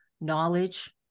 knowledge